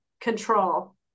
control